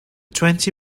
twenty